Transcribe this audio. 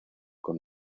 con